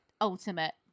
ultimate